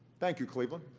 thank you, cleveland.